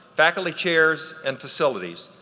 faculty chairs, and facilities.